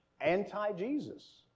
anti-Jesus